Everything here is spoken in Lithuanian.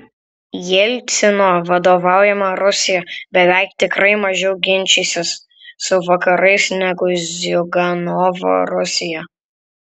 jelcino vadovaujama rusija beveik tikrai mažiau ginčysis su vakarais negu ziuganovo rusija